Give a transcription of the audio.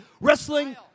Wrestling